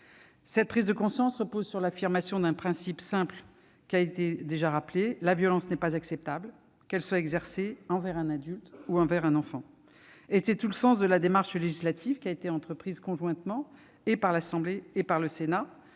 se fait peu à peu, repose sur l'affirmation d'un principe simple : la violence n'est pas acceptable, qu'elle soit exercée envers un adulte ou envers un enfant. C'est tout le sens de la démarche législative qui a été entreprise conjointement par l'Assemblée nationale et le Sénat.